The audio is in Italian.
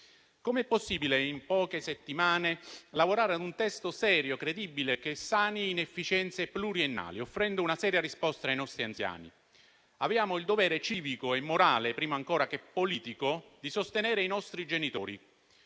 Com'è possibile, in poche settimane, lavorare ad un testo serio e credibile, che sani inefficienze pluriennali, offrendo una seria risposta ai nostri anziani? Abbiamo il dovere civico e morale, prima ancora che politico, di sostenere i nostri genitori,